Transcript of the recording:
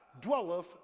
dwelleth